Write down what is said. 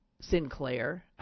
Sinclair